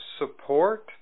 support